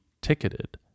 ticketed